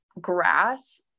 grass